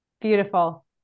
Beautiful